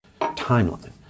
timeline